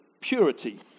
purity